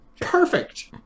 Perfect